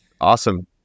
Awesome